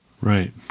Right